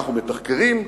אנחנו מתחקרים,